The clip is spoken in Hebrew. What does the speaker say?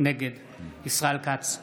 נגד ישראל כץ,